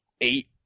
eight